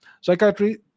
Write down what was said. Psychiatry